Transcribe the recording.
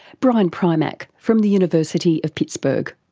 brian primack from the university of pittsburgh.